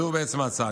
זו בעצם ההצעה.